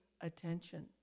attention